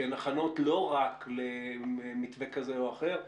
שהן הכנות לא רק למתווה כזה או אחר,